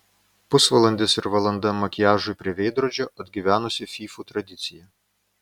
pusvalandis ir valanda makiažui prie veidrodžio atgyvenusi fyfų tradicija